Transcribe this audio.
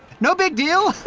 no big deal.